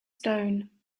stone